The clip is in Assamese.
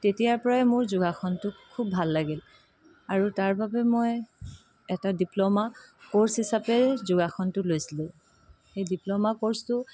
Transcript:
তেতিয়াৰ পৰাই মোৰ যোগাসনটো খুব ভাল লাগিল আৰু তাৰবাবে মই এটা ডিপ্ল'মা কৰ্ছ হিচাপে যোগাসনটো লৈছিলো সেই ডিপ্ল'মা কৰ্ছটো